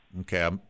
Okay